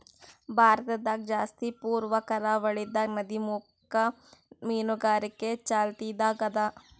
ಭಾರತದಾಗ್ ಜಾಸ್ತಿ ಪೂರ್ವ ಕರಾವಳಿದಾಗ್ ನದಿಮುಖ ಮೀನುಗಾರಿಕೆ ಚಾಲ್ತಿದಾಗ್ ಅದಾ